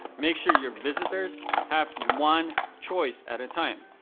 make sure your visitors have one choice at a time.